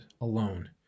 alone